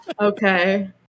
Okay